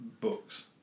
books